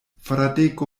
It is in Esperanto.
fradeko